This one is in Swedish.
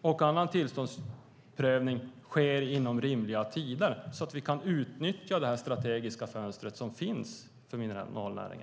och annan tillståndprövning sker inom rimliga tider så att vi kan utnyttja det strategiska fönster som finns för mineralnäringen.